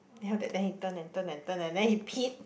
then after that then he turn and turn and turn and then he peed